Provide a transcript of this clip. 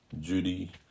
Judy